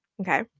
okay